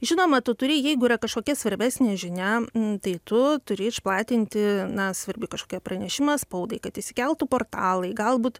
žinoma tu turi jeigu yra kažkokia svarbesnė žinia tai tu turi išplatinti na svarbi kažkokia pranešimą spaudai kad įsikeltų portalai galbūt